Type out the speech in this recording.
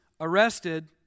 arrested